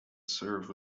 served